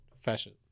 fashion